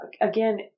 again